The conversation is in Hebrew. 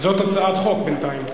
זאת הצעת חוק בינתיים.